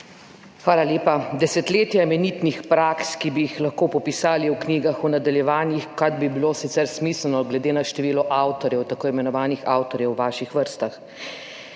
Hvala lepa. Desetletja imenitnih praks, ki bi jih lahko popisali v knjigah v nadaljevanjih, kar bi bilo sicer smiselno glede na število avtorjev tako imenovanih avtorjev **83.